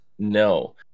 No